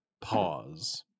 Pause